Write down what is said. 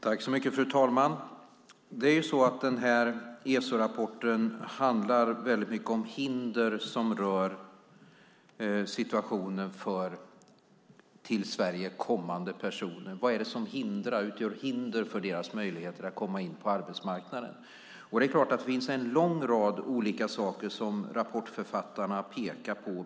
Fru talman! Den här ESO-rapporten handlar väldigt mycket om hinder som rör situationen för till Sverige kommande personer, om vad som utgör hinder för dessa människors möjligheter att komma in på arbetsmarknaden. Det är klart att det är en lång rad olika saker som rapportförfattarna pekar på.